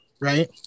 right